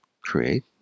create